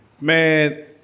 Man